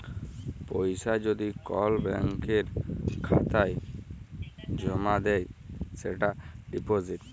পয়সা যদি কল ব্যাংকের খাতায় জ্যমা দেয় সেটা ডিপজিট